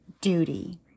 duty